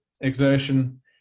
exertion